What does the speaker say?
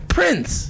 Prince